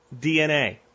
DNA